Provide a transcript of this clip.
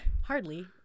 hardly